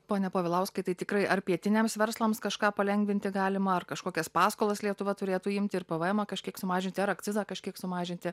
pone povilauskai tai tikrai ar pietiniams verslams kažką palengvinti galima ar kažkokias paskolas lietuva turėtų imti ir pv emą kažkiek sumažint ar akcizą kažkiek sumažinti